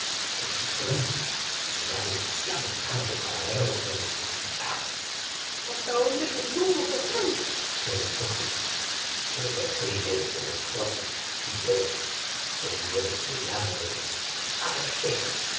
porque pronto será demasiado tarde para ver lo que necesitamos asta ónde me subo patrón preguntó júpiter sube primero por el tronco y luego te diré de qué lado debes ir ah espera